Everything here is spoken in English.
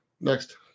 next